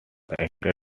acted